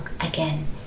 again